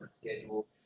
schedule